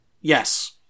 Yes